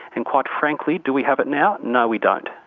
and quite frankly, do we have it now? no, we don't.